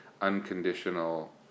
Unconditional